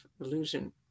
illusion